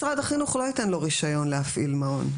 משרד החינוך לא ייתן לו רישיון להפעיל מעון.